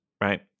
right